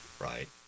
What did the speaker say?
right